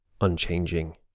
unchanging